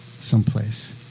someplace